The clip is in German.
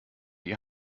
die